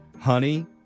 honey